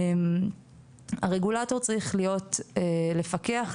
הרגולטור צריך לפקח,